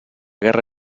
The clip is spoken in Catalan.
guerra